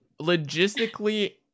logistically